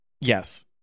Yes